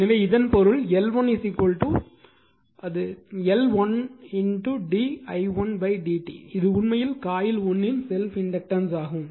எனவே இதன் பொருள் L 1 உண்மையில் L1 d i1 dt இது உண்மையில் காயில் 1 இன் செல்ப் இண்டக்டன்ஸ் ஆகும்